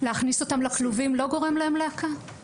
להכניס אותם לכלובים לא גורם להן לעקה?